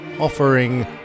offering